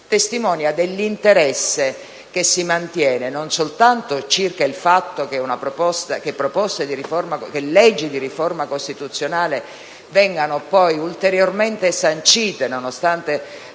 testimonia dell'interesse che si mantiene in merito al fatto che leggi di riforma costituzionale vengano poi ulteriormente sancite, nonostante